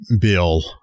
Bill